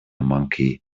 monkey